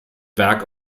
werke